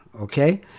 okay